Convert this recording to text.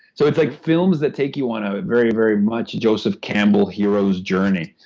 so it's like films that take you on a very, very much joseph campbell hero's journey.